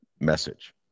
message